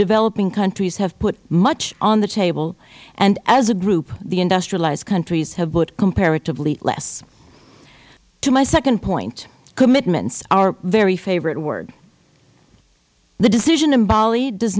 developing countries have put much on the table and as a group the industrialized countries have put comparatively less to my second point commitments our very favorite word the decision in bali does